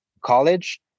college